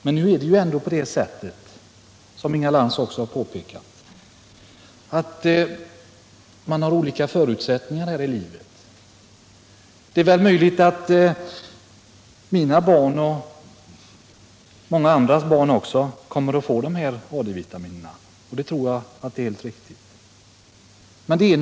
Det förhåller sig ändå på det sättet — som Inga Lantz också har påpekat — att man har olika förutsättningar i livet. Det är väl möjligt att mina barn och många andras barn också kommer att få AD-vitaminerna, och det tror jag är helt riktigt.